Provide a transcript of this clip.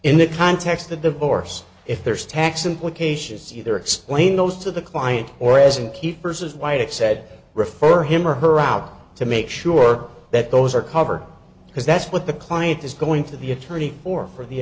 in the context of divorce if there's tax implications either explain those to the client or as an keepers as white said refer him or her out to make sure that those are covered because that's what the client is going to the attorney for for the